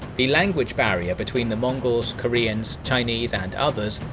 the language barrier between the mongols, koreans, chinese and others,